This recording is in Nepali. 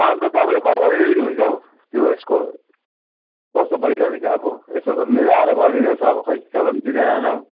अन्त तपाईँले कसरी लिनु हुन्छ हौ त्यो उएसको कस्तो परिकारले का अब यसो मिलाएर गरिदिनुहोस् न अब खै तपाईँ पनि चिनाजाना हो